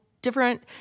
Different